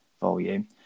volume